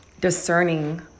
discerning